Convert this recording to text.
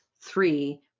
three